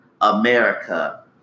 America